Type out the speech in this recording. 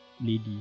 lady